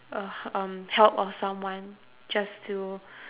a um help of someone just to